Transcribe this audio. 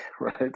right